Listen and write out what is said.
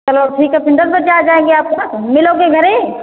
चलो ठीक है फिन दस बजे आ जाएंगे आपके पास मिलोगे घर ही